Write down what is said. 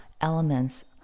elements